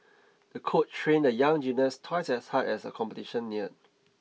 the coach trained the young gymnast twice as hard as the competition neared